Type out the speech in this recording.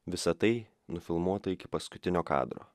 visa tai nufilmuota iki paskutinio kadro